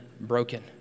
broken